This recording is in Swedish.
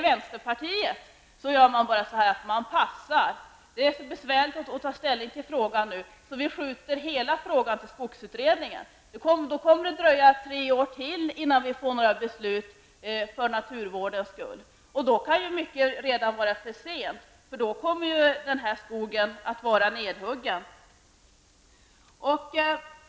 Vänsterpartiet bara passar; det är för besvärligt för vänsterpartiet att ta ställning, och man vill hänskjuta hela frågan till skogsutredningen. Men då kommer det att dröja tre år till innan vi kan fatta beslut till gagn för naturvården. Då kan mycket redan vara för sent, eftersom den här skogen vid den tidpunkten kan vara nedhuggen.